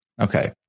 Okay